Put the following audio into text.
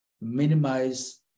Minimize